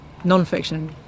nonfiction